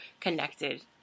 connected